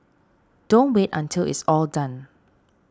don't wait until it's all done